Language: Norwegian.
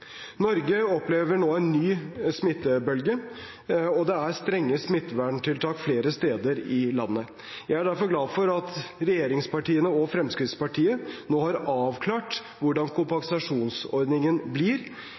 Norge opplever nå en ny smittebølge, og det er strenge smitteverntiltak flere steder i landet. Jeg er derfor glad for at regjeringspartiene og Fremskrittspartiet nå har avklart hvordan kompensasjonsordningen blir